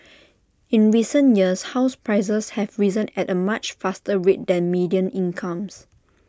in recent years house prices have risen at A much faster rate than median incomes